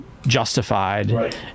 justified